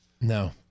No